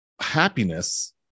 happiness